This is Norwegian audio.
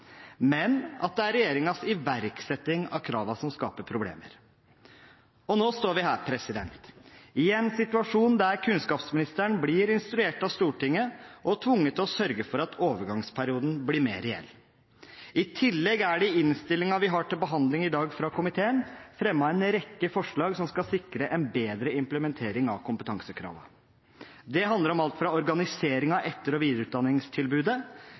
men at det er regjeringens iverksetting av kravene som skaper problemer. Nå står vi her, i en situasjon der kunnskapsministeren blir instruert av Stortinget og tvunget til å sørge for at overgangsperioden blir mer reell. I tillegg er det i innstillingen vi har til behandling i dag, fra komiteen fremmet en rekke forslag som skal sikre en bedre implementering av kompetansekravene. Det handler om alt fra organiseringen av etter- og videreutdanningstilbudet